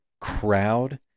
crowd